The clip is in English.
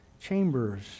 chambers